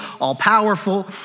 all-powerful